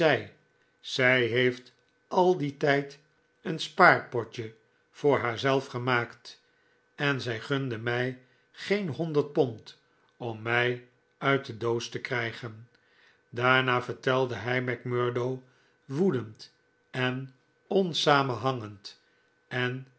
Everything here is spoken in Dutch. zij heeft al dien tijd een spaarpotje voor haarzelf gemaakt en zij gunde mij geen honderd pond om mij uit de doos te krijgen daarna vertelde hij macmurdo woedend en onsamenhangend en